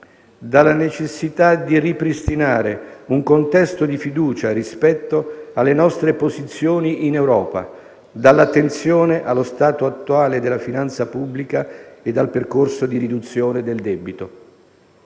dalla necessità di ripristinare un contesto di fiducia rispetto alle nostre posizioni in Europa, dall'attenzione allo stato attuale della finanza pubblica e dal percorso di riduzione del debito.